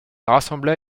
rassembla